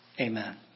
Amen